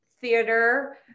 theater